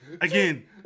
Again